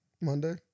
Monday